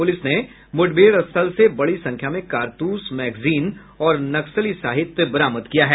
police ने मुठभेड़ स्थल से बड़ी संख्या में कारतूस मैगजीन और नक्सली साहित्य बरामद किया है